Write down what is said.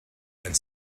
and